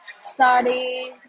study